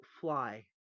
fly